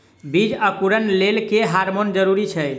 बीज अंकुरण लेल केँ हार्मोन जरूरी छै?